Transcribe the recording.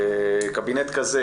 קבינט כזה,